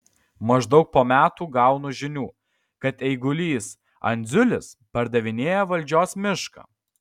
maždaug po metų gaunu žinių kad eigulys andziulis pardavinėja valdžios mišką